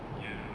ya